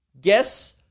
guess